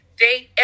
date